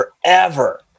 forever